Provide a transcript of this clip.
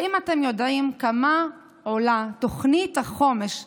האם אתם יודעים כמה עולה תוכנית החומש לדרוזים,